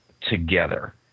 together